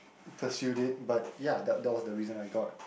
pursue it but ya that that was the reason I got